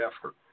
effort